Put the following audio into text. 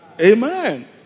Amen